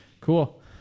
Cool